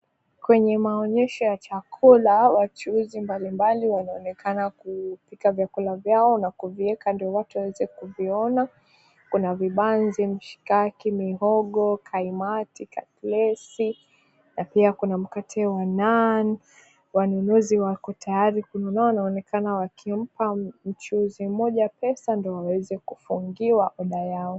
Kwenye maonyesho ya chakula, wachuuzi mbalimbali wanaonekana kupika vyakula vyao na kuviweka ndio watu waweze kuviona. Kuna vibanzi, mshikaki, mihogo, kaimati, katlesi na pia kuna mkate wa nan. Wanunuzi wako tayari kununua, wanaonekana wakimpa mchuuzi moja pesa ndio waweze kufungiwa oda yao.